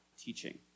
teaching